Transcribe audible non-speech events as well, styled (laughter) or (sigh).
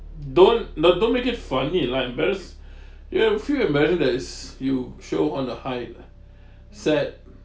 don't don't don't make it funny like embarrassed (breath) you will feel embarrassed that is you show on the hype ah (breath) sad